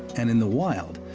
and in the wild,